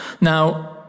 Now